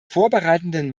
vorbereitenden